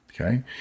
Okay